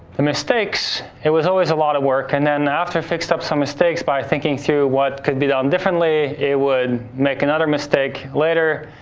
the mistakes, it was always a lot of work, and then after, fixed up some mistakes by thinking through what could be done differently, it would make another mistakes later,